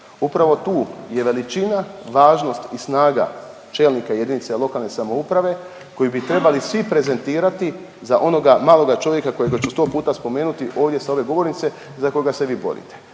Upravo tu je veličina, važnost i snaga čelnika jedinice lokalne samouprave koji bi trebali svi prezentirati za onoga maloga čovjeka kojega ću sto puta spomenuti ovdje sa ove govornice, za koga se vi borite.